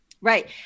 right